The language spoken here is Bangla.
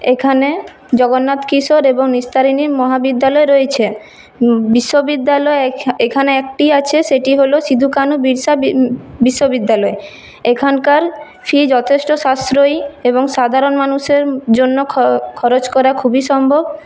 এখানে জগন্নাথ কিশোর এবং নিস্তারিণী মহাবিদ্যালয় রয়েছে বিশ্ববিদ্যালয় এখানে একটিই আছে সেটি হল সিধু কানু বিরসা বিশ্ববিদ্যালয় এখানকার ফি যথেষ্ট সাশ্রয়ী এবং সাধারণ মানুষের জন্য খরচ করা খুবই সম্ভব